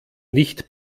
nicht